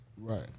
Right